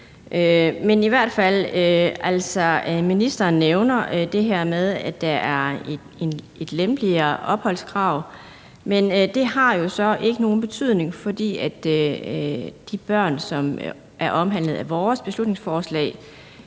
her i dag. Ministeren nævner det her med, at der er et lempeligere opholdskrav, men det har jo så ikke nogen betydning, fordi de børn, som er omfattet af vores beslutningsforslag,